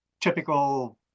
typical